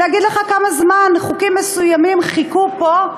להגיד לך כמה זמן חוקים מסוימים חיכו פה?